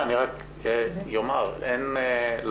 אני רק אומר, אין לחץ.